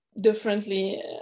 differently